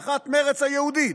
והאחת, מרצ היהודית.